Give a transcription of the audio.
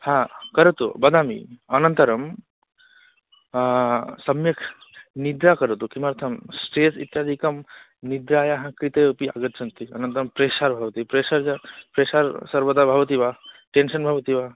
हा करोतु वदामि अनन्तरं सम्यक् निद्रा करोतु किमर्थं स्ट्रेस् इत्यादिकं निद्रायाः कृते अपि आगच्छन्ति अनन्तरं प्रेश्शार् भवति प्रेश्शर् जा प्रेशर् सर्वदा भवति वा टेन्शन् भवति वा